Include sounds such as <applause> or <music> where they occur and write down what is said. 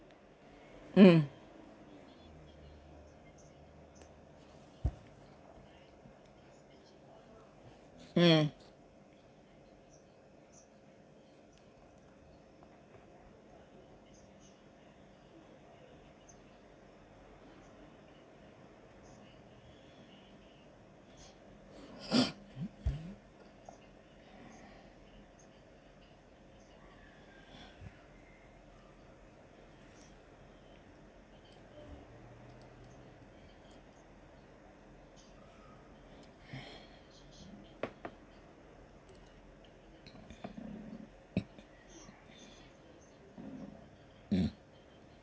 mm mm <noise> mm